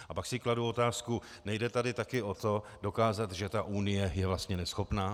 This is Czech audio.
A pak si kladu otázku nejde tady taky o to dokázat, že ta Unie je vlastně neschopná?